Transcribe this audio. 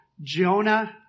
Jonah